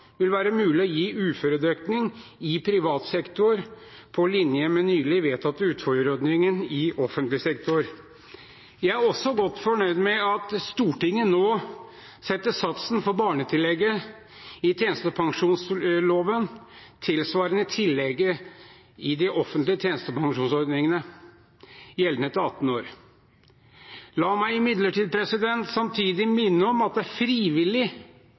vil være mulig å gi uføredekning i privat sektor på linje med den nylig vedtatte uføreordningen i offentlig sektor. Jeg er også godt fornøyd med at Stortinget nå setter satsen for barnetillegget i tjenestepensjonsloven tilsvarende tillegget i de offentlige tjenestepensjonsordningene, gjeldende til 18 år. La meg imidlertid samtidig minne om at det er frivillig